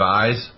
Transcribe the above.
eyes